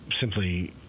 simply